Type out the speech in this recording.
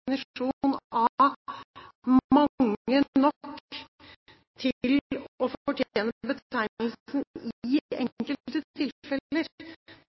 av mange nok til å fortjene betegnelsen «i enkelte tilfeller»?